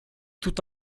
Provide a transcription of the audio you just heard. tout